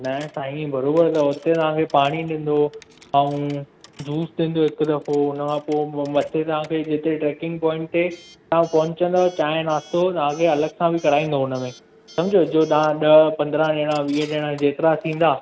न साईं बराबरि अथव हुते तव्हां खे पाणी ॾींदो ऐं जूस ॾींदो हिकु दफ़ो हुन खां पोइ मोमबती तव्हांखे ट्रेकिंग पोइंट ते था पहुचंदो चांहि नाश्तो तव्हां खे अलॻि सां बि कराईंदव हुन में ई समुझो जो तव्हां ॾह पंद्रहं ॼणा वीह ॼणा जेतिरा थींदा